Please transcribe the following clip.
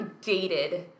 dated